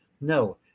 no